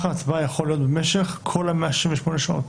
ההצבעה יכול להיות במשך כל 168 השעות.